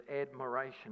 admiration